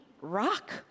Rock